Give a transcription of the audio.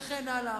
וכן הלאה.